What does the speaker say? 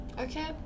Okay